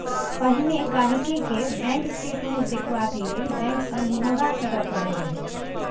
पहिने गांहिकी केँ बैंक स्टेटमेंट देखबाक लेल बैंक सँ निहौरा करय परय रहय